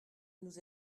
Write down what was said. nous